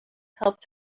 helped